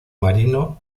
marino